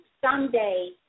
someday